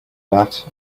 that